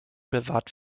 bewahrt